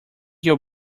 your